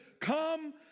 come